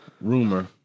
Rumor